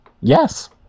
yes